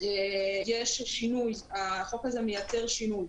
יש שינוי, החוק הזה מייצר שינוי.